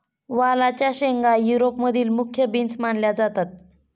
वालाच्या शेंगा युरोप मधील मुख्य बीन्स मानल्या जातात